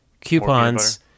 coupons